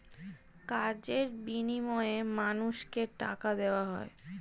কাজের বিনিময়ে মানুষকে টাকা দেওয়া হয়